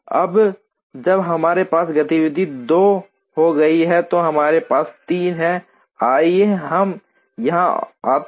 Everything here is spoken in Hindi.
अब जब हमारे पास गतिविधि 2 हो गई है तो हमारे पास 3 हैं आइए हम यहाँ आते हैं